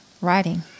writing